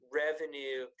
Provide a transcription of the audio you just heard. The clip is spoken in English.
revenue